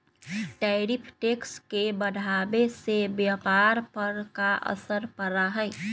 tariff tax के बढ़ावे से व्यापार पर का असर पड़ा हई